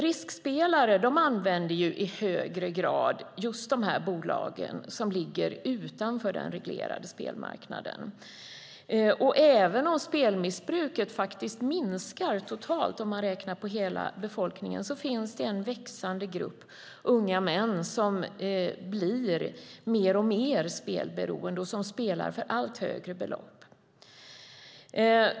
Riskspelare använder i högre grad de bolag som ligger utanför den reglerade marknaden, och även om spelmissbruket minskar totalt räknat på hela befolkningen finns det en växande grupp unga män som blir mer och mer spelberoende och som spelar för allt högre belopp.